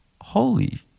holy